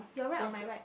your right or my right